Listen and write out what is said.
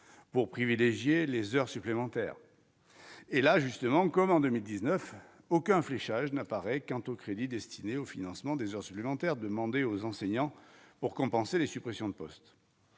pour privilégier les heures supplémentaires et, là, justement, comme en 2019 aucun fléchage n'apparaît quant aux crédits destinés au financement des heures supplémentaires demandées aux enseignants pour compenser les suppressions de postes,